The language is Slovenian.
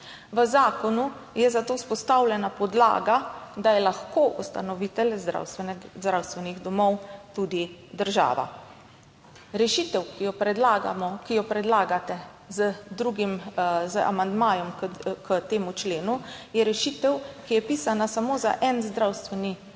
V zakonu je za to vzpostavljena podlaga, da je lahko ustanovitelj zdravstvenih domov tudi država. Rešitev, ki jo predlagamo, ki jo predlagate z amandmajem k temu členu je rešitev, ki je pisana samo za en zdravstveni zavod.